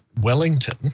Wellington